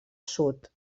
sud